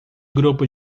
grupo